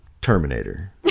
terminator